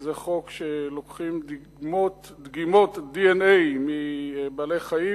שזה חוק שלוקחים דגימות DNA מבעלי-חיים